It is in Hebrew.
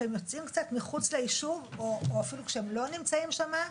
כשהם נמצאים קצת מחוץ ליישוב או אפילו כשהם לא נמצאים שם,